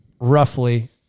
roughly